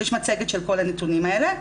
יש מצגת של כל הנתונים האלה.